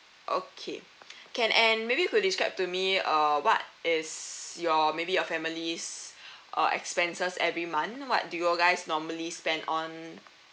okay can and maybe you could describe to me err what is your maybe your family's uh expenses every month what do you all guys normally spend on